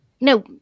no